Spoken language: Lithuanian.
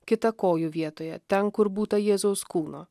kitą kojų vietoje ten kur būta jėzaus kūno